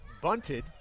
bunted